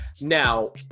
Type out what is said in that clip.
now